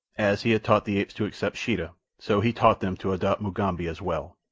as he had taught the apes to accept sheeta, so he taught them to adopt mugambi as well,